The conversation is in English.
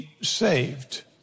saved